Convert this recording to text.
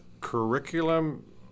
curriculum